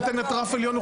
נותנת רף עליון,